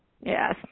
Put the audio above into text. Yes